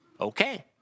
Okay